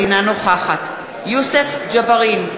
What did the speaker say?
אינה נוכחת יוסף ג'בארין,